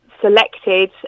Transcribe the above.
selected